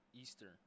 Eastern